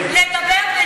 לדבר,